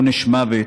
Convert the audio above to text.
עונש מוות,